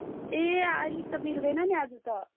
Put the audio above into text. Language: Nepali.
ए आलिक त मिल्दैन नि आज त